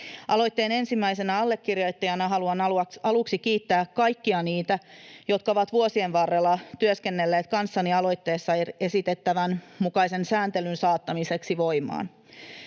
Aloitteen ensimmäisenä allekirjoittajana haluan aluksi kiittää kaikkia niitä, jotka ovat vuosien varrella työskennelleet kanssani aloitteessa esitettävän mukaisen sääntelyn saattamiseksi voimaan.